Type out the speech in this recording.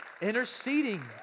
Interceding